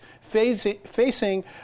facing